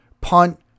punt